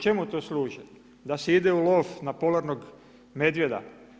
Čemu to služi, da se ide u lov na polarnog medvjeda?